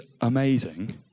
amazing